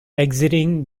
exiting